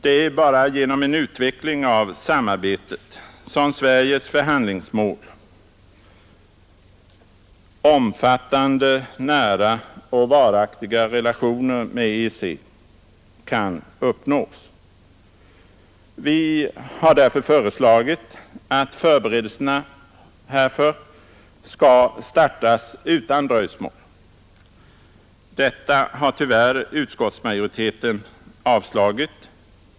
Det är bara genom en utveckling av samarbetet som Sveriges förhandlingsmål ”omfattande, nära och varaktiga” relationer med EEC kan uppnås. Vi har föreslagit att förberedelserna härför skall startas utan dröjsmål. Detta har tyvärr utskottsmajoriteten avstyrkt.